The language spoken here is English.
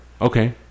okay